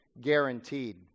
guaranteed